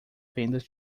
vendas